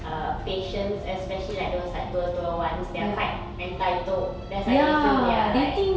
err patients especially like those like tua tua ones they're quite entitled that's why they feel they're like ya